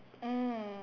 mm